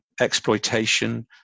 exploitation